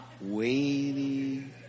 waiting